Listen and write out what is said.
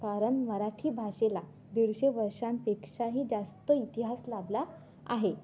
कारण मराठी भाषेला दीडशे वर्षांपेक्षाही जास्त इतिहास लाभला आहे